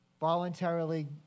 Voluntarily